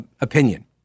opinion